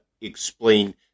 explain